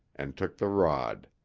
and took the rod.